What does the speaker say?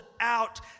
out